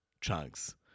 chunks